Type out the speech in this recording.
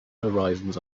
horizons